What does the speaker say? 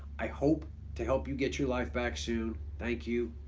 i hope to help you get your life back soon, thank you,